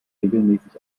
regelmäßig